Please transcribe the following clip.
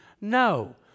no